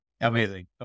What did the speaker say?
Amazing